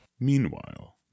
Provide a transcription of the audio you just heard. Meanwhile